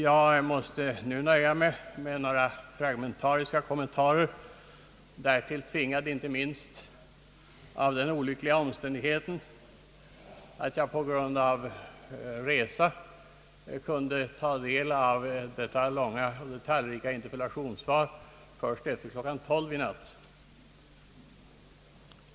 Nu måste jag nöja mig med några fragmentariska kommentarer, därtill tvingad inte minst av den olyckliga omständigheten att jag på grund av resa kunde först efter klockan 12 i natt ta del av det långa och detaljrika interpellationssvaret.